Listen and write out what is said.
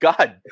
God